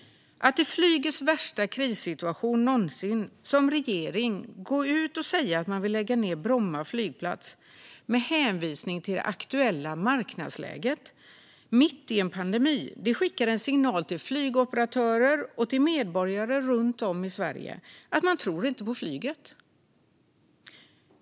Att i flygets värsta krissituation någonsin som regering gå ut och säga att man vill lägga ned Bromma flygplats med hänvisning till det aktuella marknadsläget mitt i en pandemi skickar en signal till flygoperatörer och medborgare runt om i Sverige om att man inte tror på flyget.